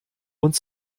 und